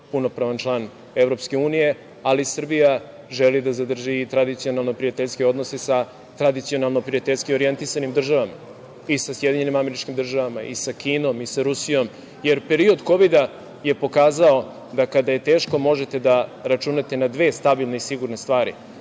punopravan član EU, ali Srbija želi da zadrži i tradicionalno prijateljske odnose sa tradicionalno prijateljski orijentisanim državama i SAD i sa Kinom i sa Rusijom, jer period kovida je pokazao da kada je teško možete da računate na dve stabilne i sigurne stvari,